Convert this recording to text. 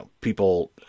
people